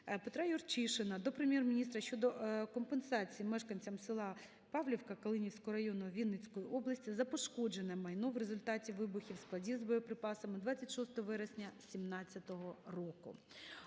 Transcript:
Петра Юрчишина до Прем'єр-міністра щодо компенсації мешканцям села Павлівка Калинівського району Вінницької області за пошкоджене майно в результаті вибухів складів з боєприпасами 26 вересня 17-го року.